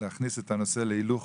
להכניס את הנושא להילוך